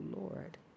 Lord